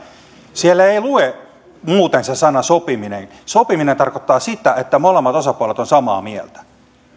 siellä ei ei lue muuten se sana sopiminen sopiminen tarkoittaa sitä että molemmat osapuolet ovat samaa mieltä